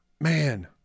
man